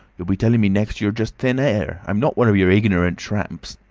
you'll be telling me next you're just thin air. i'm not one of your ignorant tramps